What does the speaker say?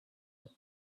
said